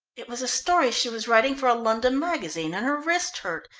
it was a story she was writing for a london magazine, and her wrist hurt,